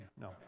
No